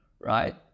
right